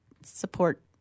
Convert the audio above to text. Support